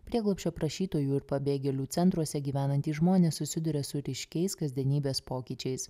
prieglobsčio prašytojų ir pabėgėlių centruose gyvenantys žmonės susiduria su ryškiais kasdienybės pokyčiais